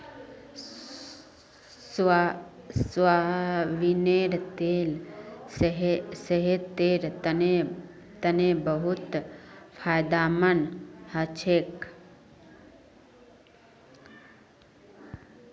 सोयाबीनेर तेल सेहतेर तने बहुत फायदामंद हछेक